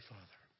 Father